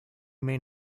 main